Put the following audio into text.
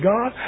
God